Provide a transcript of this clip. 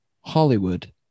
Hollywood